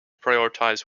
prioritize